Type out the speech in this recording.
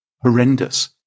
horrendous